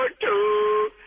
two